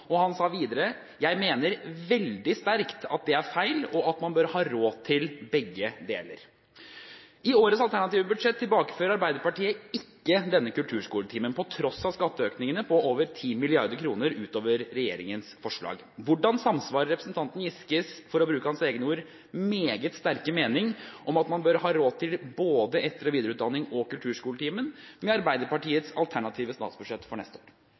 Han sa videre: «Vi mener veldig sterkt at det er feil og at man bør ha råd til begge deler.» I årets alternative budsjett tilbakefører Arbeiderpartiet ikke denne kulturskoletimen, på tross av skatteøkningene på over 10 mrd. kr utover regjeringens forslag. Hvordan samsvarer representanten Giskes meget sterke mening – for å bruke hans egne ord – om at man bør ha råd til både etter- og videreutdanning og kulturskoletimen, med Arbeiderpartiets alternative statsbudsjett for neste år?